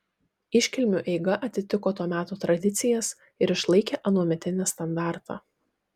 iškilmių eiga atitiko to meto tradicijas ir išlaikė anuometinį standartą